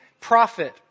profit